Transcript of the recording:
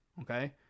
okay